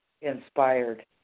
inspired